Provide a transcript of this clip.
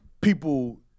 People